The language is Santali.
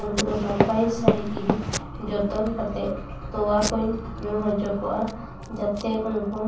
ᱩᱱᱠᱩ ᱫᱚ ᱱᱟᱯᱟᱭ ᱥᱟᱺᱦᱤᱡ ᱤᱧ ᱡᱚᱛᱚᱱ ᱠᱟᱛᱮᱫ ᱛᱚᱣᱟ ᱠᱚᱧ ᱧᱩ ᱦᱚᱪᱚ ᱠᱚᱣᱟ ᱡᱟᱛᱮ ᱩᱱᱠᱩ